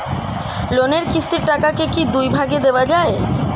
লোনের কিস্তির টাকাকে কি দুই ভাগে দেওয়া যায়?